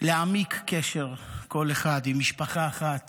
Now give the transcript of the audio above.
להעמיק קשר כל אחד עם משפחה אחת